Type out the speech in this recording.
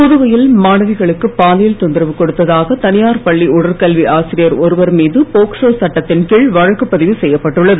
புதுவையில் மாணவிகளுக்கு பாலியல் தொந்தரவு கொடுத்த்தாக தனியார் பள்ளி உடற்கல்வி ஆசிரியர் ஒருவர் மீது போக்சோ சட்டத்தின் கீழ் வழக்கு பதிவு செய்யப்பட்டுள்ளது